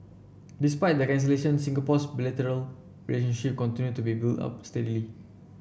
despite the cancellation Singapore's bilateral relationship continued to be built up steadily